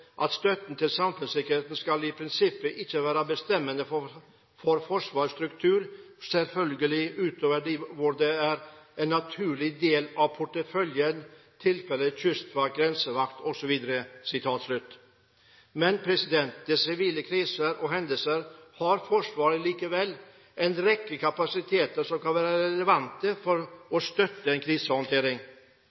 støtten til samfunnssikkerheten skal i prinsippet ikke være bestemmende for Forsvarets struktur, selvfølgelig utover der hvor det er en naturlig del av porteføljen – tilfellet kystvakt, grensevakt osv.» Men ved sivile kriser og hendelser har Forsvaret likevel en rekke kapasiteter som kan være relevante for å støtte en krisehåndtering.